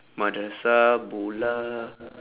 madrasah bola